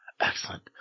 Excellent